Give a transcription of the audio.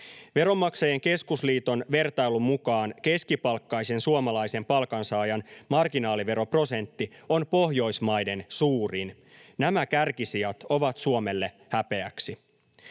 Veronmaksajain Keskusliiton vertailun mukaan keskipalkkaisen suomalaisen palkansaajan marginaaliveroprosentti on Pohjoismaiden suurin. Nämä kärkisijat ovat Suomelle häpeäksi.